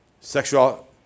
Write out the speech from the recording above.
sexual